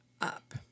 up